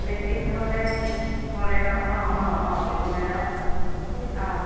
magic নহ'লে বলেৰ' অঁ অঁ অঁ বলেৰ' অঁ